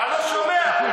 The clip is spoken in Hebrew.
אתה לא שומע.